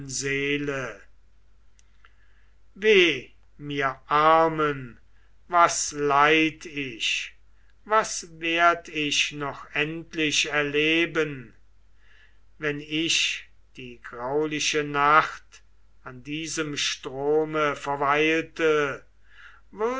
weh mir armen was leid ich was werd ich noch endlich erleben wenn ich die grauliche nacht an diesem strome verweilte